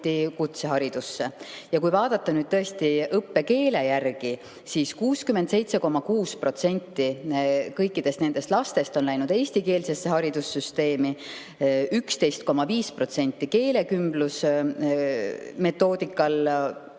kutseharidusse. Kui vaadata õppekeele järgi, siis 67,6% kõikidest nendest lastest on läinud eestikeelsesse haridussüsteemi, 11,5% keelekümblusmetoodikal põhinevatesse